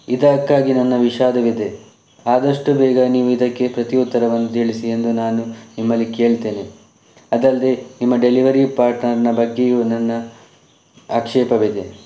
ಇದಕ್ಕಾಗಿ ನನ್ನ ವಿಷಾದವಿದೆ ಆದಷ್ಟು ಬೇಗ ನೀವು ಇದಕ್ಕೆ ಪ್ರತಿ ಉತ್ತರವನ್ನು ತಿಳಿಸಿ ಎಂದು ನಾನು ನಿಮ್ಮಲ್ಲಿ ಕೇಳ್ತೇನೆ ಅದಲ್ಲದೆ ನಿಮ್ಮ ಡೆಲಿವರಿ ಪಾರ್ಟ್ನರ್ನ ಬಗ್ಗೆಯೂ ನನ್ನ ಆಕ್ಷೇಪವಿದೆ